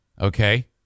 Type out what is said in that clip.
okay